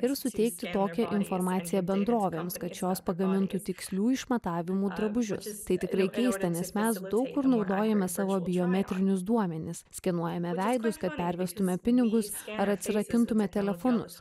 ir suteikti tokią informaciją bendrovėms šios pagamintų tikslių išmatavimų drabužius tai tikrai keista nes mes daug kur naudojame savo biometrinius duomenis skenuojame veidus kad pervestume pinigus ar atsirakintume telefonus